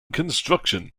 construction